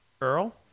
Earl